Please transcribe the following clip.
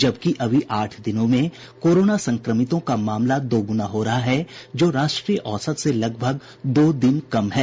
जबकि अभी आठ दिनों में कोरोना संक्रमितों का मामला दोगुना हो रहा है जो राष्ट्रीय औसत से लगभग दो दिन कम है